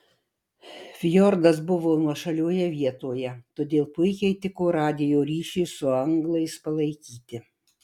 fjordas buvo nuošalioje vietoje todėl puikiai tiko radijo ryšiui su anglais palaikyti